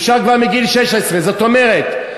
אפשר כבר מגיל 16. זאת אומרת,